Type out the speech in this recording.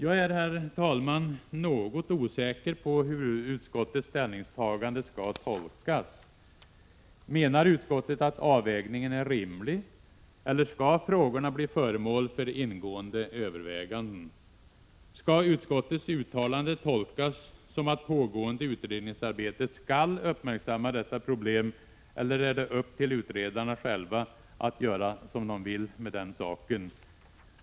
Jag är, herr talman, något osäker på hur utskottets ställningstagande skall tolkas. Menar utskottet att avvägningen är rimlig, eller skall frågorna bli föremål för ingående överväganden? Skall utskottets uttalande tolkas som att pågående utredningsarbete skall uppmärksamma detta problem, eller får utredarna själva göra som de vill med den saken?